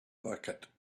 bucket